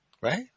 Right